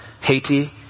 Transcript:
Haiti